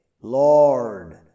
Lord